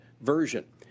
version